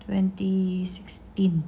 twenty sixteen